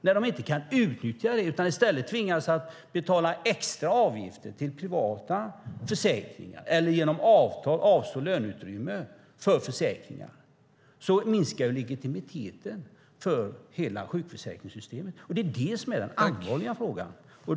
När de inte kan utnyttja det utan i stället tvingas att betala extra avgifter till privata försäkringar eller genom avtal avstå löneutrymme för försäkringar minskar legitimiteten för hela sjukförsäkringssystemet. Det är det som är den allvarliga frågan.